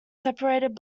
separated